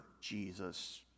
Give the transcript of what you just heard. Jesus